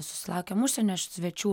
susilaukėm užsienio svečių